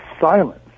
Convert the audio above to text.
silence